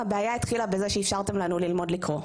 הבעיה התחילה בזה שאפשרתם לנו ללמוד לקרוא.